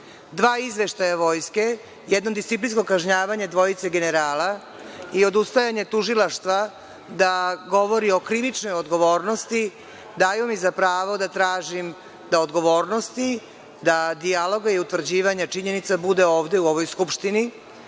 izveštaja Vojske. Jedno disciplinsko kažnjavanje dvojice generala i odustajanje tužilaštva da govori o krivičnoj odgovornosti daju mi za pravo da tražim da odgovornosti, da dijaloga i utvrđivanja činjenica bude ovde u ovoj Skupštini